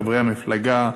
חברי המפלגה,